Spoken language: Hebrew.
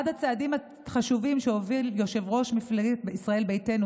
אחד הצעדים החשובים שהוביל יושב-ראש מפלגת ישראל ביתנו,